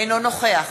אינו נוכח